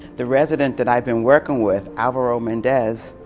the resident that i've been working with, alvaro mendez,